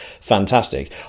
fantastic